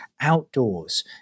outdoors